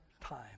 time